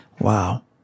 Wow